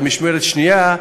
במשמרת שנייה,